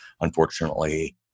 unfortunately